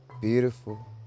beautiful